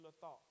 thought